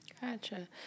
gotcha